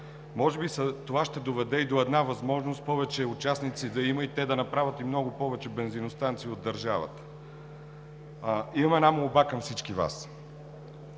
Може би това ще доведе и до една възможност да има повече участници и те да направят и много повече бензиностанции в държавата. Имам една молба към всички Вас.